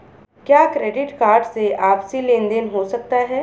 क्या credit card से आपसी लेनदेन हो सकता है?